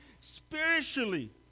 spiritually